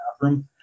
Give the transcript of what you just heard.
bathroom